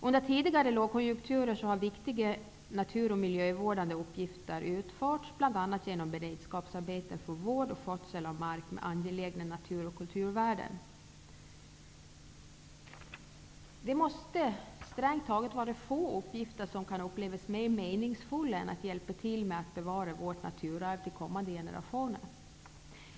Under tidigare lågkonjunkturer har viktiga naturoch miljövårdande uppgifter utförts bl.a. genom beredskapsarbeten för vård och skötsel av mark med angelägna natur och kulturvärden. Strängt taget måste det vara få uppgifter som kan upplevas mer meningsfulla än att hjälpa till med att bevara vårt naturarv till kommande generationer.